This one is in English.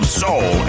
soul